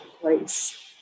place